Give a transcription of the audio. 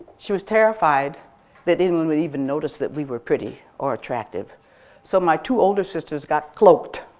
she was terrified that anyone would even notice that we were pretty or attractive so my two older sisters got cloaked